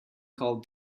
called